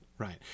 Right